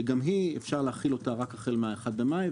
שגם אותה אפשר להחיל רק החל מה-1 במאי,